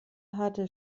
hatte